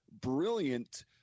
brilliant